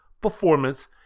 Performance